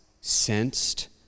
sensed